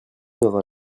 dans